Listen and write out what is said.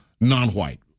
non-white